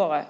Då är